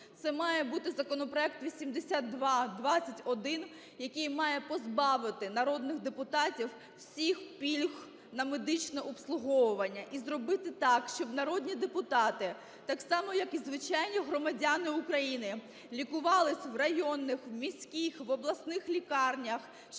це має бути законопроект 8221, який має позбавити народних депутатів всіх пільг на медичне обслуговування і зробити так, щоб народні депутати так само, як і звичайні громадяни України, лікувались в районних, в міських, в обласних лікарнях,